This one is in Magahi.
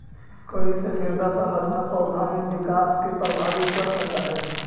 कईसे मृदा संरचना पौधा में विकास के प्रभावित कर सक हई?